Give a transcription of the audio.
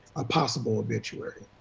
a possible obituary.